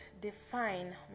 define